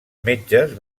metges